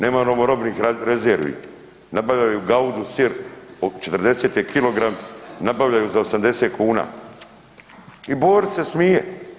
Nemamo robnih rezervi, nabavljaju Gaudu sir 40 je kilogram, nabavljaju za 80 kuna i Borić se smije.